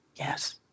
Yes